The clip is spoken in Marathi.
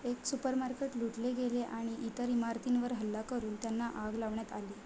एक सुपरमार्केट लुटले गेले आणि इतर इमारतींवर हल्ला करून त्यांना आग लावण्यात आली